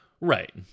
right